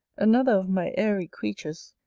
another of my airy creatures,